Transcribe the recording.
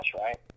right